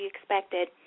expected